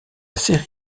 série